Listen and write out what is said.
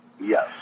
Yes